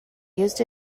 used